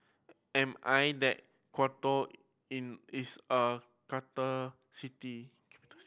am I that Quito is a city capital city